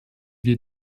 wir